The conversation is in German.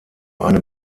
eine